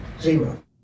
Zero